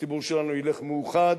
הציבור שלנו ילך מאוחד,